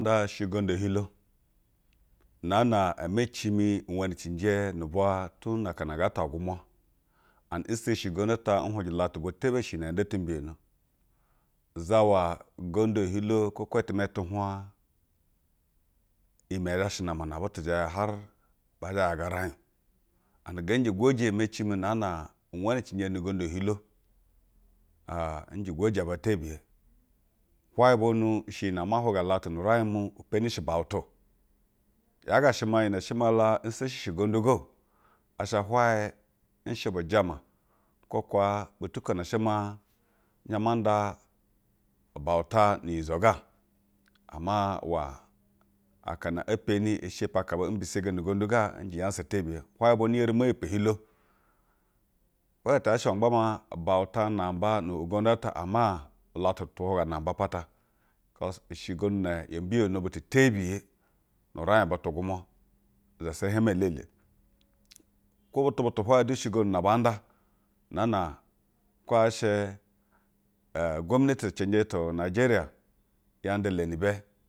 Nda she ugondu ehilo unaa na emeci mi wenicihje nubwa tun na akano ngaa ta gwumwa. And nsheshi ugondu ata and nhwuje ulatu bwa tebiye she iyi ne ya nda timbiyono. Uzawa ugnadu ehilo kwo kaa time tunhwa iyimeye zha she namane butu zha ya hare baa zhe yaga uri g and maa nje gwoje emeci mi naa na wenicijge nu ugondu ehilo. Aa nje gwoje aba tebiye. Hwaye bwonu i she iyi ne ama hwuga latu nu-uraij mu, impeni shi ubautu o, yaa ga she maa iyi ne she maa la nseshi shi ugondo ga o, asha hwaye nshe bujama kwo kuwa butu ko na she maa zhe ma nda ubauta nu-untiza ga. Ama uwa akana empeni bu, bi shepa aka bee mbisegeni ugondu ga. Nje unyasa, tebiye. Hwaye bwonu n yeri mo yipo ehilo. Hwe ti yaa she ma gba maa bauta namba apata kos, i she ugandu na yo mbiyono butu te biye nu uraij butu gwumwa izasa hieme elele. Kwo butu butu hwaye du she ugondu baa nda naa na kwo yaa shɛ ɛ gwomineti cɛnjɛ tu nayejeriya ya nda ulenibɛ